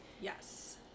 yes